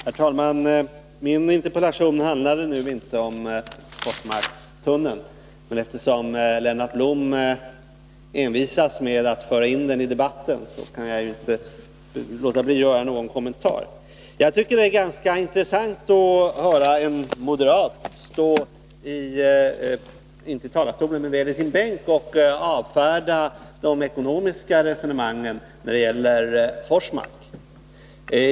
Herr talman! Min interpellation handlade nu inte om Forsmarkstunneln, men eftersom Lennart Blom envisas med att föra in den i debatten, kan jag inte låta bli att göra några kommentarer. Det är ganska intressant att höra en moderat stå i sin bänk och avfärda de ekonomiska resonemangen när det gäller Forsmark.